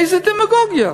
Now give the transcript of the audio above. איזו דמגוגיה.